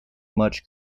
much